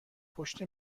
پشت